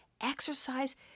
Exercise